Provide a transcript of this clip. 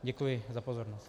Děkuji za pozornost.